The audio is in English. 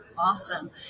Awesome